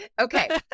Okay